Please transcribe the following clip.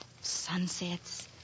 Sunsets